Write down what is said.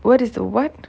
what is the what